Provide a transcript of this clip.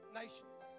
nations